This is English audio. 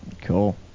Cool